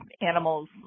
animals